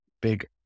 big